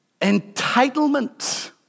entitlement